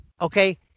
Okay